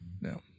No